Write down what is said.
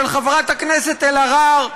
של חברת הכנסת אלהרר,